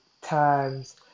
times